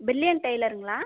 brilliant டைலருங்களா